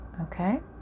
Okay